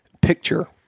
picture